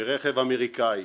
מרכב אמריקני?